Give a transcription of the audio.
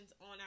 on